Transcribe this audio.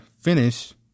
finish